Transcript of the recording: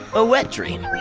a wet dream.